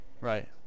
Right